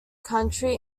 country